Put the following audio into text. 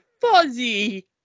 fuzzy